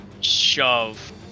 shove